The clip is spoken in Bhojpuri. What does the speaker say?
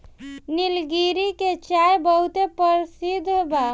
निलगिरी के चाय बहुते परसिद्ध बा